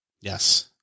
Yes